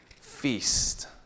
feast